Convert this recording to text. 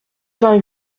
vingt